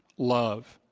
love,